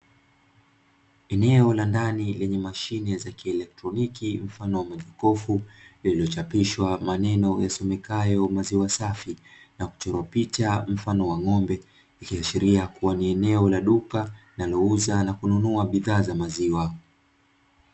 Eneo la ndani lenye mashine za kieletroniki mfano wa majokofu, lililochapishwa maneno yasomekayo "maziwa safi". Na kuchorwa picha mfano wa ng'ombe likiashikiria kuwa ni eneo la duka linalouza na kununua bidhaa za maziwa.